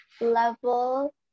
level